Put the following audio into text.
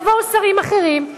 יבואו שרים אחרים,